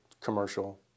commercial